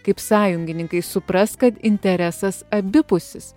kaip sąjungininkai supras kad interesas abipusis